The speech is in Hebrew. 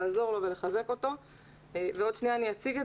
לעזור לו ולחזק אותו - עוד רגע אני אציג את